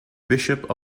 bishop